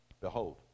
Behold